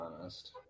honest